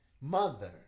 mother